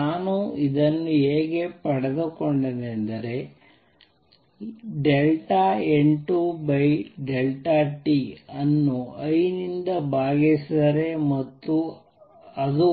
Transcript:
ನಾನು ಇದನ್ನು ಹೇಗೆ ಪಡೆದುಕೊಂಡಿದ್ದೇನೆಂದರೆ N2t ಅನ್ನು I ನಿಂದ ಭಾಗಿಸಿದೆ ಮತ್ತು ಅದು